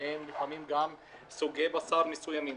ולפעמים גם עם סוגי בשר מסוימים.